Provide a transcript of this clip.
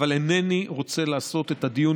אבל אינני רוצה לעשות את הדיון